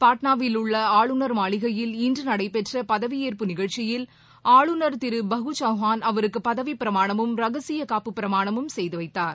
பாட்ளாவில் உள்ள ஆளுநர் மாளிகையில் இன்று நடைபெற்ற பதவியேற்பு நிகழ்ச்சியில் ஆளுநர் திரு பகு சவுகான் அவருக்கு பதவிப் பிரமாணமும் ரகசிய காப்பு பிரமாணமும் செய்து வைத்தார்